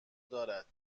دارد